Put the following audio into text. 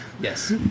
yes